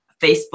Facebook